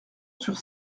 sur